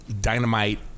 dynamite